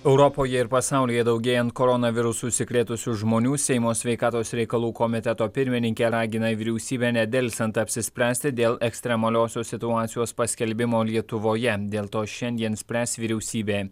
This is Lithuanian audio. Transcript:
europoje ir pasaulyje daugėjant koronavirusu užsikrėtusių žmonių seimo sveikatos reikalų komiteto pirmininkė ragina vyriausybę nedelsiant apsispręsti dėl ekstremaliosios situacijos paskelbimo lietuvoje dėl to šiandien spręs vyriausybė